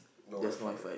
no WiFi